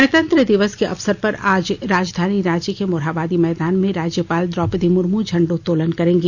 गणतंत्र दिवस के अवसर पर आज राजधानी रांची के मोरहाबादी मैदान में राज्यपाल द्रौपदी मुर्मू झंडोत्तोलन करेंगी